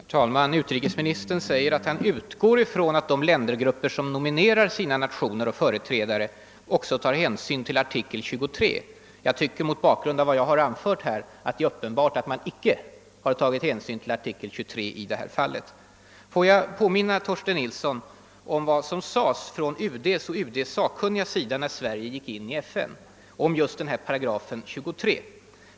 Herr talman! Utrikesministern säger att han utgår från att de ländergrupper som nominerar sina nationer och företrädare också tar hänsyn till artikel 23. Jag tycker, mot bakgrund av vad jag här anfört, att det är uppenbart att man inte har tagit hänsyn till artikel 23 i det här fallet. Får jag påminna Torsten Nilsson om vad som 1946 sades från UD och från UD:s sakkunniga, när Sverige gick in i FN, om just artikel 23.